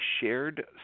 shared